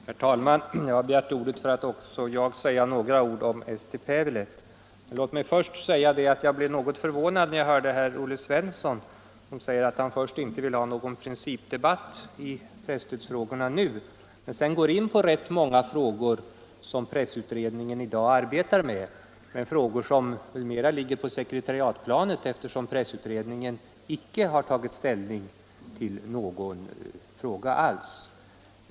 Herr talman! Också jag vill säga några ord i första hand om Eesti Päevaleht. Men låt mig framhålla att jag blev något förvånad när jag hörde herr Olle Svensson, som först menade att han inte ville ha någon principdebatt i presstödsfrågorna nu men sedan gick in på rätt många spörsmål som pressutredningen i dag arbetar med — spörsmål som ännu ligger på sekretariatsplanet eftersom pressutredningen icke har tagit ställning till någon enda fråga.